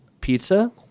pizza